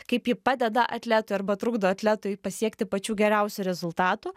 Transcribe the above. kaip ji padeda atletui arba trukdo atletui pasiekti pačių geriausių rezultatų